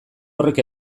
horrek